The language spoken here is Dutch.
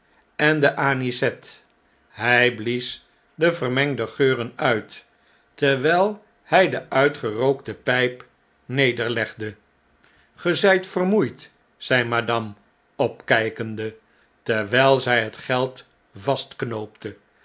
en de anisette hjj blies de verm engde geuren uit terwjjl hij de uitgerookte pjjp nederlegde ge zpt vermoeid zei madame opkijkende terwijl zij het geld vastknoopte